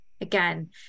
again